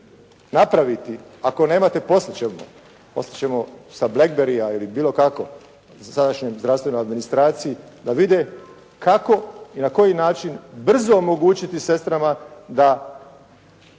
napraviti, ako nemate poslati ćemo sa blackberry-ja ili bilo kako sadašnjoj zdravstvenoj administraciji da vide kako i na koji način brzo omogućiti sestrama da